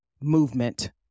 movement